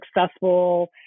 successful